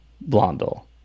blondel